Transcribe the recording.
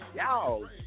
Y'all